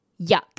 yuck